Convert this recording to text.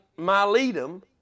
Miletum